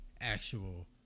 actual